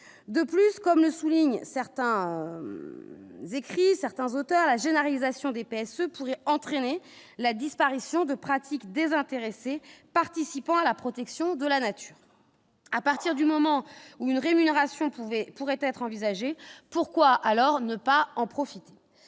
de plus, comme le soulignent certains écrits certains otages a réalisation d'épais pourrait entraîner la disparition de pratiques désintéressé, participant à la protection de la nature. à partir du moment où une rémunération pouvait pourraient être envisagées, pourquoi alors ne pas en profiter,